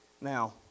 now